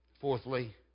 Fourthly